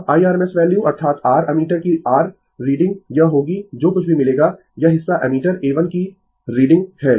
Refer Slide Time 3159 अब IRMS value अर्थात r ammeter की r रीडिंग यह होगी जो कुछ भी मिलेगा यह हिस्सा एमीटर A 1 की रीडिंग है